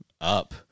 up